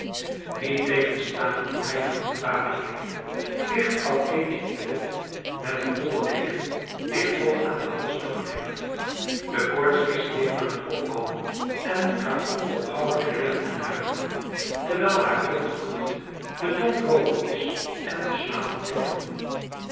niettegenstaande die bijna ondraaglijke hitte ligt vrouw keetje in het bed met een wollen deken dicht tot aan den hals toegedekt de koorts is weer aan t opkomen en doet haar onophoudelijk rillen en huiveren terwijl haar hoofd gloeit de tong droog is en de slapen kloppen